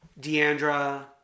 Deandra